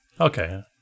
Okay